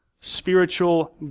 spiritual